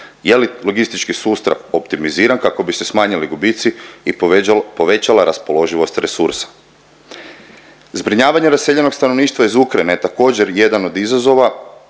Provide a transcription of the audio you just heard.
je li logistički sustav optimiziran kako bi se smanjili gubici i povećala raspoloživost resursa? Zbrinjavanje raseljenog stanovništva iz Ukrajine također je jedan od izazova.